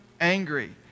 angry